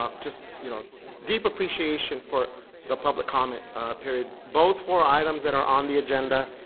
um just you know deep appreciation for the public comment period. both for items that are on the agenda,